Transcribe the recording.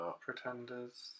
Pretenders